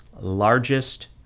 largest